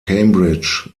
cambridge